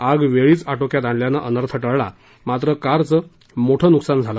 आग वेळीच आटोक्यात आणल्यानं अनर्थ टळला मात्र कारचं मोठं नुकसान झालं